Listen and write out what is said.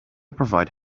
provide